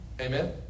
Amen